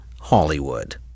Hollywood